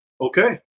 okay